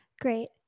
Great